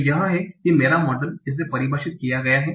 तो यह है कि मेरा मॉडल जिसे परिभाषित किया गया है